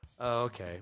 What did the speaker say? Okay